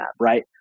right